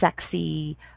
sexy